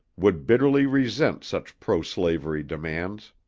would bitterly resent such pro-slavery demands.